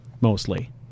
mostly